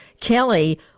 Kelly